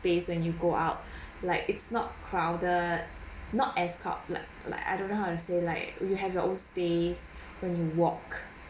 space when you go out like it's not crowded not as crowd like like I don't know how to say like you have your own space when you walk